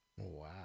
Wow